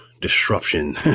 disruption